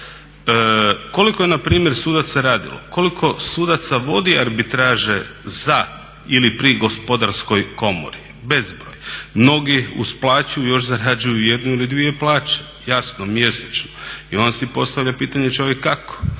Koliko je npr. sudaca radilo, koliko sudaca vodi arbitraže za ili pri gospodarskoj komori? Bezbroj, mnogi uz plaću još zarađuju jednu ili dvije plaće jasno mjesečno. I onda se postavlja pitanje čovjek kako.